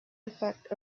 effect